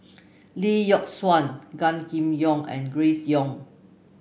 Lee Yock Suan Gan Kim Yong and Grace Young